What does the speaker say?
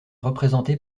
représentée